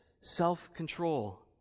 self-control